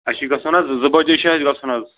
اَسہِ چھُ گژھُن حظ زٕ بَجے چھُ اَسہِ گژھُن حظ